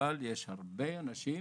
אבל יש הרבה אנשים